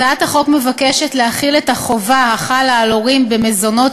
הצעת החוק מבקשת להחיל את החובה החלה על הורים במזונות